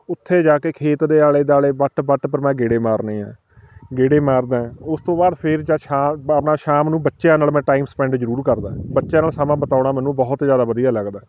ਉੱਥੇ ਜਾ ਕੇ ਖੇਤ ਦੇ ਆਲੇ ਦੁਆਲੇ ਵੱਟ ਵੱਟ ਪਰ ਮੈਂ ਗੇੜੇ ਮਾਰਨੇ ਆ ਗੇੜੇ ਮਾਰਦਾ ਉਸ ਤੋਂ ਬਾਅਦ ਫੇਰ ਜਦ ਸ਼ਾ ਬ ਆਪਣਾ ਸ਼ਾਮ ਨੂੰ ਬੱਚਿਆਂ ਨਾਲ ਮੈਂ ਟਾਈਮ ਸਪੈਂਡ ਜ਼ਰੂਰ ਕਰਦਾ ਬੱਚਿਆਂ ਨਾਲ ਸਮਾਂ ਬਿਤਾਉਣਾ ਮੈਨੂੰ ਬਹੁਤ ਜ਼ਿਆਦਾ ਵਧੀਆ ਲੱਗਦਾ